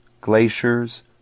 glaciers